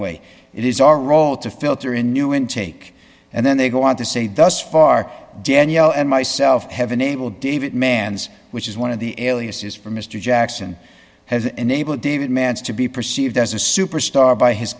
way it is our role to filter in new intake and then they go on to say does far danielle and myself have enabled david mans which is one of the aliases for mr jackson has enabled david mans to be perceived as a superstar by his